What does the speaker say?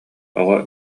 оҕо